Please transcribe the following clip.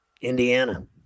Indiana